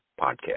podcast